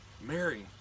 Mary